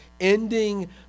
ending